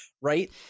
right